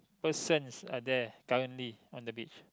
persons are there currently on the beach